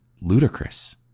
ludicrous